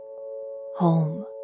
Home